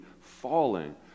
falling